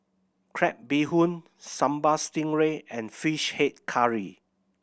crab bee hoon Sambal Stingray and Fish Head Curry